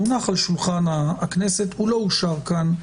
הוא הונח על שולחן הכנסת, הוא לא אושר כאן.